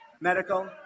medical